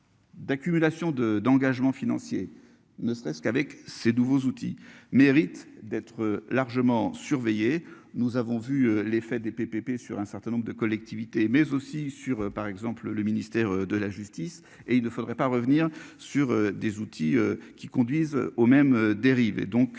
D'accumulation de d'engagements financiers ne serait-ce qu'avec ces nouveaux outils mérite d'être largement surveillée. Nous avons vu l'effet des PPP sur un certain nombre de collectivités, mais aussi sur, par exemple le ministère de la justice et il ne faudrait pas revenir sur des outils qui conduisent aux mêmes dérives